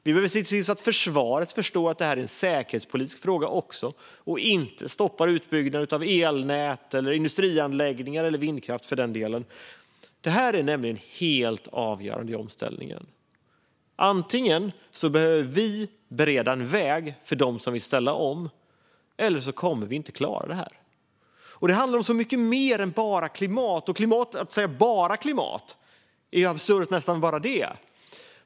Vi behöver även se till att försvaret förstår att det här också är en säkerhetspolitisk fråga och att de inte stoppar utbyggnaden av elnät, industrianläggningar eller vindkraft för den delen. Det här är helt avgörande i omställningen. Antingen bereder vi en väg för dem som vill ställa om, eller så kommer vi inte att klara det. Det handlar om så mycket mer än bara klimat. Att säga "bara klimat" är nästan absurt.